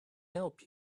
help